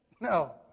No